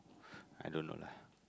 I don't know lah